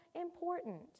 important